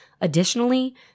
Additionally